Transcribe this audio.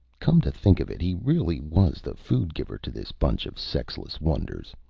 come to think of it, he really was the food-giver to this bunch of sexless wonders.